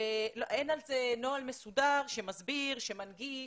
אין על זה נוהל מסודר שמסביר, שמנגיש,